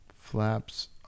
Flaps